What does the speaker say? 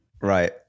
right